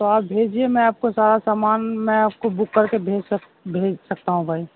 تو آپ بھجیے میں آپ کو سارا سامان میں آپ کو بک کر کے بھیج سک بھیج سکتا ہوں بھائی